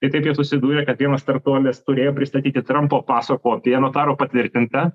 tai taip jie susidūrė kad vienas startuolis turėjo pristatyti trampo paso kopiją notaro patvirtintą